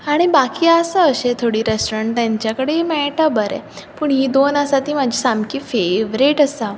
आनी बाकी आसा अशीं थोडी रेस्टोरंट तेंच्याकडेन मेळटां बरें पूण हीं दोन आसा ती म्हाजी सामकी फेवरेट आसा